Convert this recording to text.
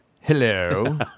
Hello